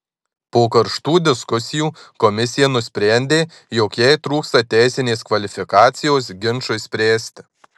po karštų diskusijų komisija nusprendė jog jai trūksta teisinės kvalifikacijos ginčui spręsti